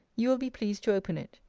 you will be pleased to open it.